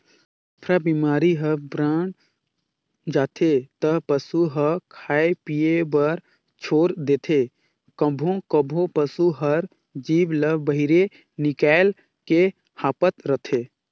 अफरा बेमारी ह बाड़ जाथे त पसू ह खाए पिए बर छोर देथे, कभों कभों पसू हर जीभ ल बहिरे निकायल के हांफत रथे